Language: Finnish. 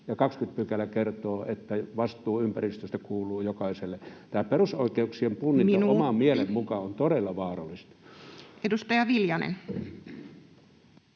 ja 20 § kertoo, että vastuu ympäristöstä kuuluu jokaiselle. Tämä perusoikeuksien punninta [Puhemies: Minuutti!] oman mielen mukaan on todella vaarallista. Edustaja Viljanen.